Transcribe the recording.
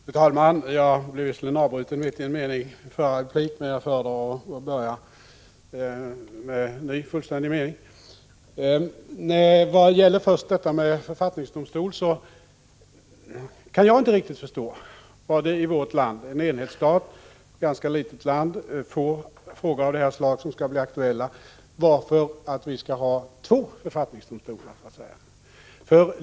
Fru talman! Jag blev visserligen avbruten mitt i en mening i min förra replik, men jag föredrar att börja med en ny fullständig mening. Jag kan inte riktigt förstå varför vi i ett så litet land som Sverige skulle ha två författningsdomstolar.